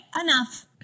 Enough